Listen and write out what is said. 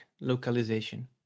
localization